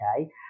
okay